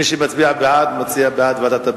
מי שמצביע בעד מצביע בעד ועדת הפנים.